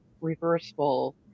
reversible